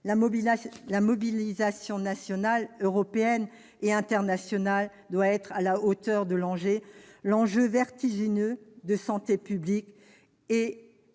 La mobilisation nationale, européenne et internationale doit être à la hauteur de l'enjeu vertigineux de santé publique